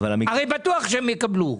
הרי בטוח שהן יקבלו.